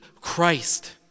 Christ